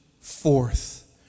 forth